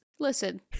Listen